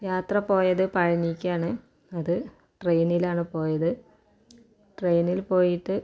യാത്ര പോയത് പഴനിക്കാണ് അതു ട്രെയിനിലാണ് പോയത് ട്രെയിനിൽ പോയിട്ട്